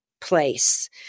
place